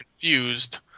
confused